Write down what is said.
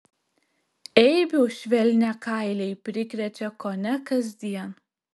eibių švelniakailiai prikrečia kone kasdien